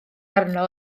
arno